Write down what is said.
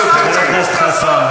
גם החזק ביותר, חבר הכנסת חסון.